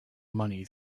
money